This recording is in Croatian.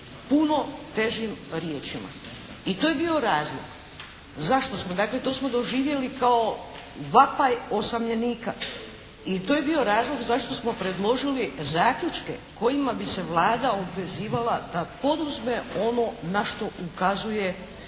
puno težim riječima i to je bio razlog zašto smo, dakle to smo doživjeli kao vapaj osamljenika i to je bio razlog zašto smo predložili zaključke kojima bi se Vlada obvezivala da poduzme ono na što ukazuje pučki